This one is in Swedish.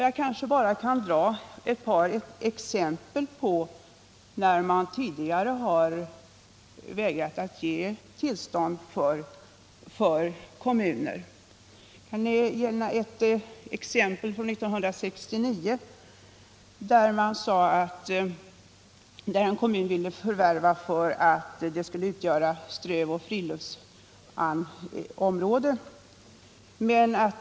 Jag skall som exempel ta ett par tidigare fall där man vägrat att ge kommunerna tillstånd till förköp. I ett fall år 1969 ville en kommun förvärva mark för ett strövoch friluftsområde.